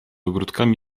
ogródkami